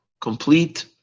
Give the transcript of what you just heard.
complete